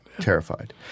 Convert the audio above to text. terrified